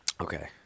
Okay